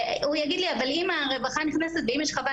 והוא יגיד לי שאם הרווחה נכנסת ואם יש חוות